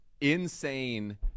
insane